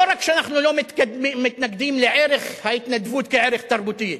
לא רק שאנחנו לא מתנגדים לערך ההתנדבות כערך תרבותי,